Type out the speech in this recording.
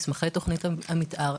בתוך מסמכי תוכנית המתאר,